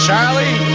Charlie